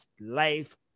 life